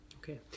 Okay